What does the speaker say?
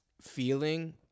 feeling